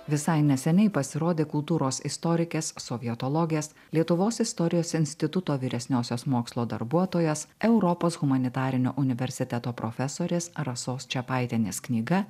visai neseniai pasirodė kultūros istorikės sovietologės lietuvos istorijos instituto vyresniosios mokslo darbuotojas europos humanitarinio universiteto profesorės rasos čepaitienės knyga